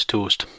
Toast